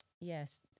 yes